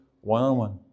one-on-one